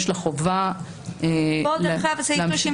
סעיף 32